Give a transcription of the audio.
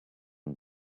and